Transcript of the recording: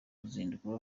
ruzinduko